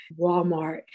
Walmart